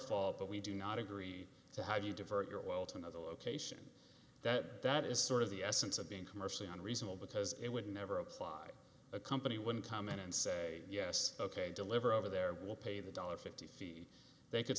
fault but we do not agree to have you divert your oil to another location that that is sort of the essence of being commercially on reasonable because it would never apply a company wouldn't come in and say yes ok deliver over there we'll pay the dollar fifty feet they could